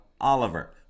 oliver